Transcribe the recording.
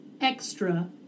extra